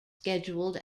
scheduled